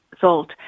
salt